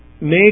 make